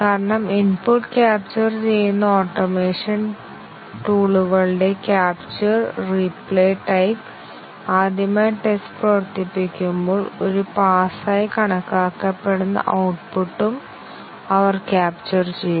കാരണം input capture ചെയ്യുന്ന automation ടൂളുകളുടെ ക്യാപ്ചർ റീപ്ലേ ടൈപ്പ് ആദ്യമായി ടെസ്റ്റ് പ്രവർത്തിപ്പിക്കുമ്പോൾ ഒരു പാസ് ആയി കണക്കാക്കപ്പെടുന്ന ഔട്ട്പുട്ടും അവർ ക്യാപ്ചർ ചെയ്തു